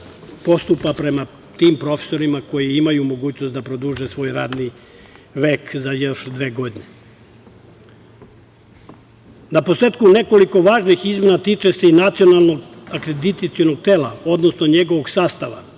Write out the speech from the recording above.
postupa prema tim profesorima koji imaju mogućnost da produže svoj radni vek za još dve godine. Naposletku, nekoliko važnih izmena, tiče se i Nacionalnog akreditacionog tela, odnosno njegovog sastava,